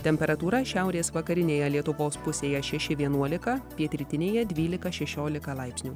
temperatūra šiaurės vakarinėje lietuvos pusėje šeši vienuolika pietrytinėje dvylika šešiolika laipsnių